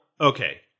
okay